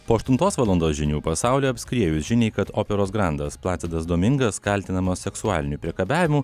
po aštuntos valandos žinių pasaulį apskriejus žiniai kad operos grandas plasidas domingas kaltinamas seksualiniu priekabiavimu